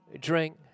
drink